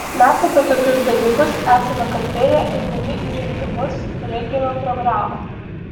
mes apie tokius dalykus esame kalbėję eidami į rinkimus rengėme programą